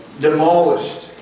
demolished